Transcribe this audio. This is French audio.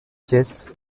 pièces